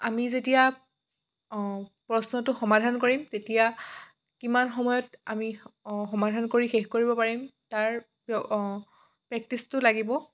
আমি যেতিয়া প্ৰশ্নটো সমাধান কৰিম তেতিয়া কিমান সময়ত আমি সমাধান কৰি শেষ কৰিব পাৰিম তাৰ অঁ প্ৰেক্টিছটো লাগিব